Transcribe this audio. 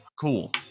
Cool